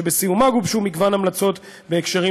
שבסיומה גובשו מגוון המלצות בהקשרים